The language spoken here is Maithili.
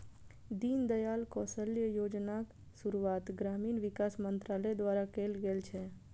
दीनदयाल कौशल्य योजनाक शुरुआत ग्रामीण विकास मंत्रालय द्वारा कैल गेल छै